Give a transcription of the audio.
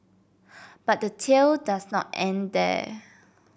but the tail does not end there